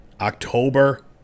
October